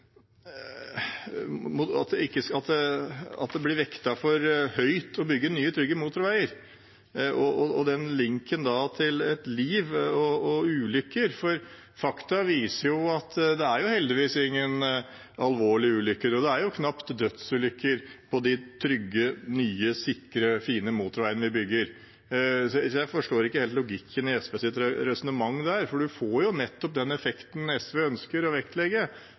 at det vektes for høyt å bygge nye, trygge motorveier, og den linken til et liv og ulykker. Fakta viser at det er heldigvis ingen alvorlige ulykker, og knapt dødsulykker, på de trygge nye, sikre og fine motorveiene vi bygger. Jeg forstår ikke helt logikken i SVs resonnement, for man får nettopp den effekten SV ønsker å vektlegge,